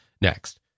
next